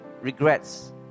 regrets